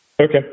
Okay